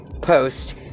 post